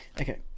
Okay